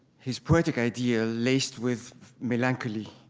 his poetic ideal laced with melancholy.